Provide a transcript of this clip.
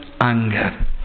anger